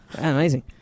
Amazing